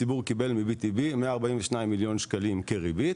הציבור קיבל מ-BTB כ-142 מיליון ₪ כריבית.